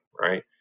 right